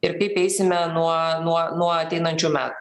ir kaip eisime nuo nuo nuo ateinančių metų